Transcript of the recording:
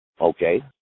okay